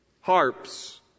harps